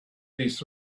this